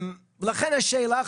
לכן השאלה,